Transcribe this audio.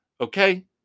Okay